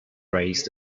raised